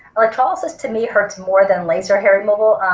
electrolysis to me hurts more than laser hair removal,